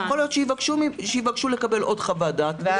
יכול להיות שיבקשו לקבל עוד חוות דעת וידונו בזה.